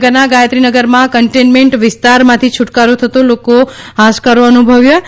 ભાવનગરના ગાયત્રીનગરમાં કન્ટેનમેન્ટ વિસ્તારમાંથી છુટકારો થતાં લોકોએ હાશકારો અનુભવ્યો છે